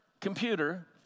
computer